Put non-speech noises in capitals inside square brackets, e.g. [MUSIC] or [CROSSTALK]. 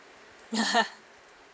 [LAUGHS]